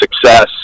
success